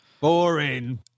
boring